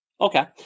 Okay